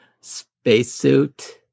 spacesuit